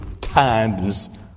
times